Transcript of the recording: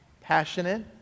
Passionate